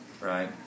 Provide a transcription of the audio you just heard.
right